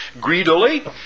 greedily